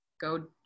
Go